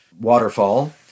waterfall